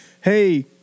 hey